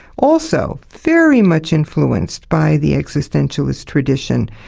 also very much influenced by the existentialist tradition.